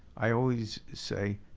i always say,